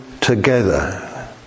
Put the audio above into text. together